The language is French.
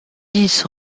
dix